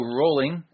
rolling